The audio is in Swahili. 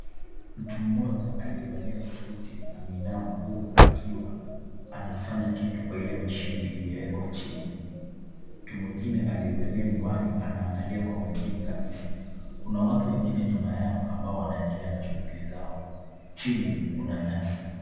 Mtu mmoja aliyevalia suti ameinama huku akiwa anafanya kitu kwa ile mashine iliyoweka chini, mtu mwingine aliyevalia miwani anaangalia kwa makini kabisa, kuna watu wengine nyuma ya ambao wanaendea na shughuli zao chini kuna nyasi.